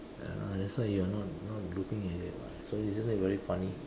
ya lah that's why you are not not looking at it [what] so isn't it very funny